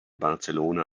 barcelona